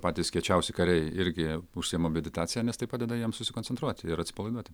patys kiečiausi kariai irgi užsiima meditacija nes tai padeda jiems susikoncentruoti ir atsipalaiduoti